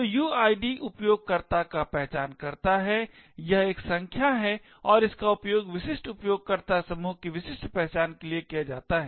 तो uid उपयोगकर्ता का पहचानकर्ता है यह एक संख्या है और इसका उपयोग विशिष्ट उपयोगकर्ता समूह की विशिष्ट पहचान के लिए किया जाता है